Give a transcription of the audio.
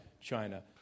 China